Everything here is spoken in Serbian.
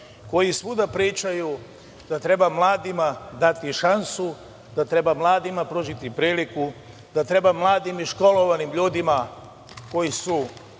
koji svuda pričaju da treba mladima dati šansu, da treba mladima pružiti priliku, da treba mladim i školovanim ljudima koji su